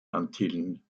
antillen